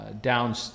Down